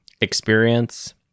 experience